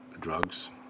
drugs